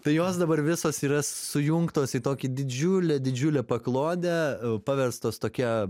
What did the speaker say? tai jos dabar visos yra sujungtos į tokį didžiulę didžiulę paklodę paverstos tokia